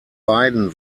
beiden